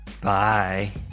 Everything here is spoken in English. Bye